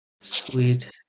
Sweet